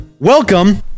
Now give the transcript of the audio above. welcome